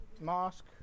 Mask